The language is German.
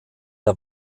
der